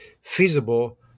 feasible